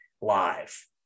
live